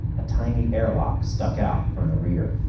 a tiny airlock stuck out from the rear.